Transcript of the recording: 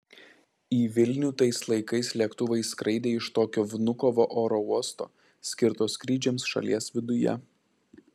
į vilnių tais laikais lėktuvai skraidė iš tokio vnukovo oro uosto skirto skrydžiams šalies viduje